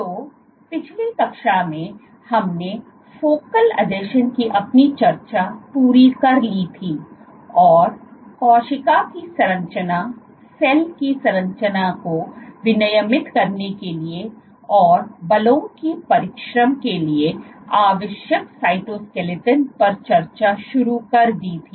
तो पिछली कक्षा में हमने फोकल आसंजनों की अपनी चर्चा पूरी कर ली थी और कोशिका की संरचना सेल की संरचना को विनियमित करने के लिए और बलों के परिश्रम के लिए आवश्यक साइटोस्केलेटन पर चर्चा शुरू कर दी थी